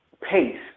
pace